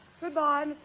Goodbye